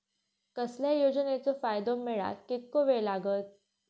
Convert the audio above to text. कसल्याय योजनेचो फायदो मेळाक कितको वेळ लागत?